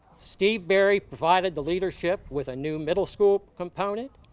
steve barry provided the leadership with a new middle school component,